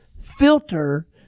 filter